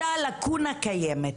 אותה לקונה קיימת.